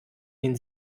den